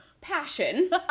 passion